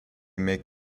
make